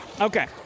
Okay